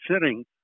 sitting